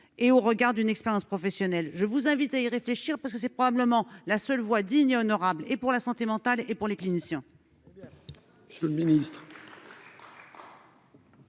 et au regard d'une expérience professionnelle, je vous invite à y réfléchir parce que c'est probablement la seule voie dignes et honorables et pour la santé mentale et pour les cliniciens.